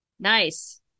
Nice